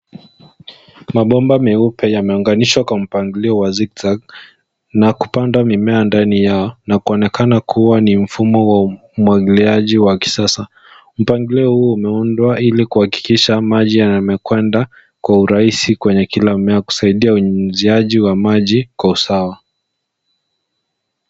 Mabomba meupe yameunganishwa kwa mpangilio wa zigizagi na kupanda mimea ndani yao na kuonekana kuwa mfumo wa umwagiliaji wa kisasa. Mpangilio huo umeundwa ili kuhakikisha maji yamekwenda kwa urahisi kwenye kila mmea kusaidia unyunyuziaji wa maji kwa usawa.